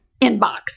inbox